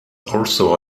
also